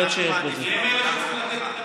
הם אלה שצריכים לתת את המתווה.